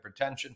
hypertension